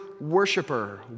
worshiper